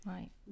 Right